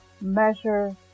measure